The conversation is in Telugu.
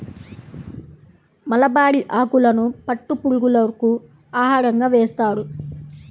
మలబరీ ఆకులను పట్టు పురుగులకు ఆహారంగా వేస్తారు